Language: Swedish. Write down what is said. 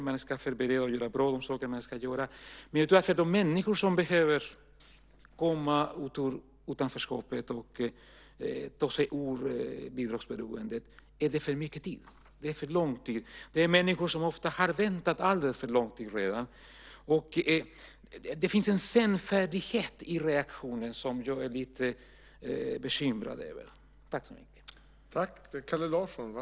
Man måste förbereda och göra saker på ett bra sätt, men för de människor som behöver komma ut ur utanförskapet och ta sig ur bidragsberoendet är det för lång tid. Det gäller människor som ofta redan väntat alldeles för länge. Det finns en senfärdighet i reaktionen som jag är lite bekymrad över.